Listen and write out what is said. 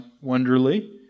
wonderly